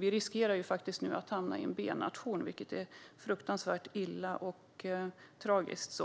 Nu riskerar vi att bli en b-nation, vilket är fruktansvärt tragiskt. I